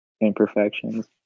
Imperfections